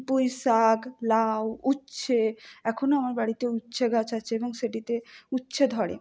পুঁই শাক লাউ উচ্ছে এখনও আমার বাড়িতে উচ্ছে গাছ আছে এবং সেটিতে উচ্ছে ধরে